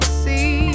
see